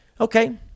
okay